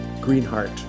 Greenheart